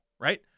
right